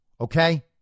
okay